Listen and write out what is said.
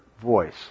voice